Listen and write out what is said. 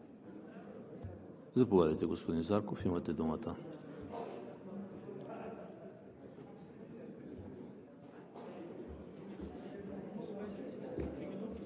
Заповядайте, господин Зарков, имате думата.